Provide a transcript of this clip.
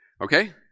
Okay